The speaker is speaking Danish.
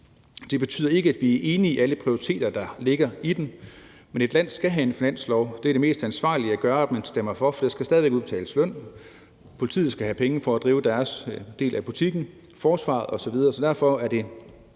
Det betyder ikke, at vi er enige i alle prioriteter, der ligger i den, men et land skal have en finanslov. Det er mest ansvarligt at stemme for, for der skal stadig væk udbetales løn, politiet skal have penge for at drive deres del af butikken, og det skal forsvaret